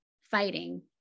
fighting